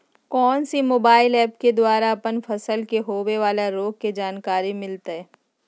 कौन सी mobile app के द्वारा अपन फसल के होबे बाला रोग के जानकारी मिलताय?